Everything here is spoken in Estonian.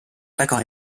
väga